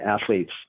athletes